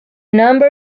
number